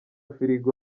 firigo